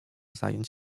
zająć